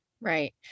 Right